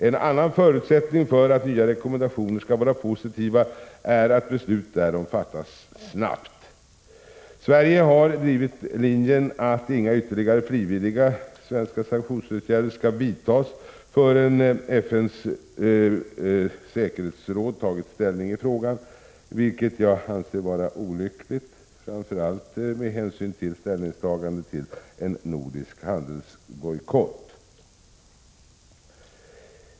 En annan förutsättning för att nya rekommendationer skall vara positiva är att beslut därom fattas snabbt. Sverige har drivit linjen att inga ytterligare frivilliga åtgärder skall vidtas från svensk sida förrän FN:s säkerhetsråd tagit ställning i frågan, vilket jag anser vara olyckligt, framför allt med hänsyn till ställningstagandet till en nordisk handelsbojkott.